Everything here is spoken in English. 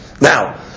Now